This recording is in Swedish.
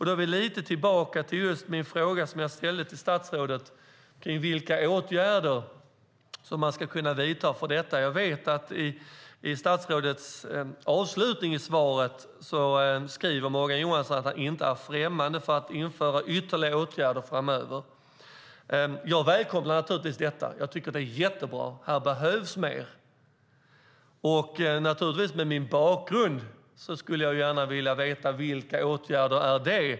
Då är vi lite tillbaka vid den fråga som jag ställde till statsrådet om vilka åtgärder som man ska kunna vidta när det gäller detta. Jag vet att statsrådet Morgan Johansson i avslutningen av svaret sade att han inte är främmande för ytterligare åtgärder framöver. Jag välkomnar naturligtvis detta. Jag tycker att det är jättebra. Här behövs mer. I och med min bakgrund skulle jag naturligtvis gärna vilja veta vilka åtgärder det är.